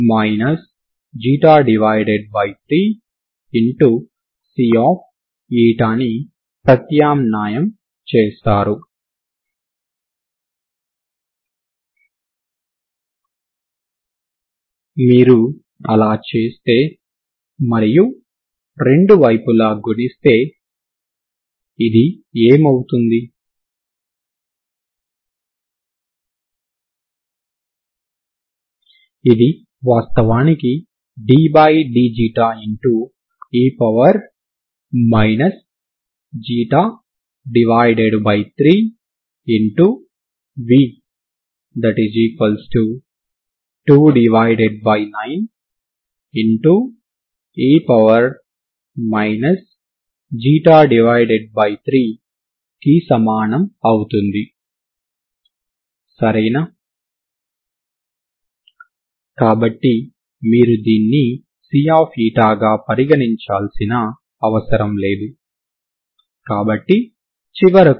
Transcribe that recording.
దీని ద్వారా ఈ ప్రారంభ మరియు సరిహద్దు విలువలు కలిగిన సమస్యలు ఒకటే పరిష్కారాన్ని కలిగి ఉంటాయని మనం చూపగలము అంటే మీరు ఈ సమీకరణానికి రెండు వేర్వేరు పరిష్కారాలు ఉంటాయని భావించినప్పుడు మీరు ఆ రెండు పరిష్కారాలను తీసుకుంటారు తర్వాత మీరు ఆ రెండింటి వ్యత్యాసాన్ని తీసుకుంటారు మరియు ఎనర్జీ ఆర్గ్యుమెంట్ ద్వారా మీరు ఈ వ్యత్యాసాన్ని 0 అని చూపిస్తారు